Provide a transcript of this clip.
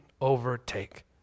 overtake